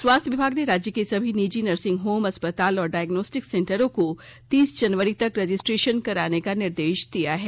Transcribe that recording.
स्वास्थ विभाग ने राज्य के सभी निजी नर्सिंग होम अस्पताल और डायगोनेस्टिक सेंटरों को तीस जनवरी तक रजिस्ट्रेशन कराने का निर्देश दिया है